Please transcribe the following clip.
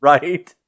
Right